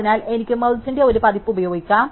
അതിനാൽ എനിക്ക് മെർജ്ന്റെ ഒരു പതിപ്പ് ഉപയോഗിക്കാം